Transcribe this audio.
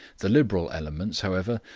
the liberal elements, however,